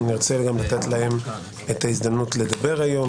נרצה גם לתת להם את ההזדמנות לדבר היום.